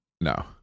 No